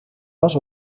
was